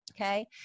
okay